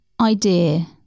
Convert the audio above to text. idea